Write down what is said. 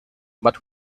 but